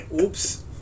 Oops